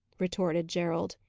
retorted gerald.